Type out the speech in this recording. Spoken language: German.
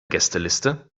gästeliste